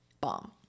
bomb